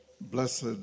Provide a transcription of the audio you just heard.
Blessed